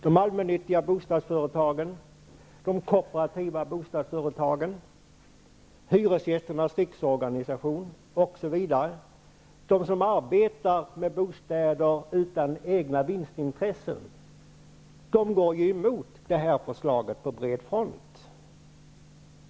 De allmännyttiga bostadsföretagen, de kooperativa bostadsföretagen, hyresgästernas riksorganisation och de som arbetar med bostäder utan egna vinstintressen går emot det här förslaget på bred front.